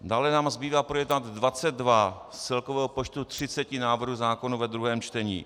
Dále nám zbývá projednat 22 z celkového počtu 30 návrhů zákonů ve druhém čtení.